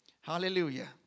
Hallelujah